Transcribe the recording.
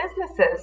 businesses